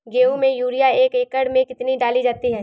गेहूँ में यूरिया एक एकड़ में कितनी डाली जाती है?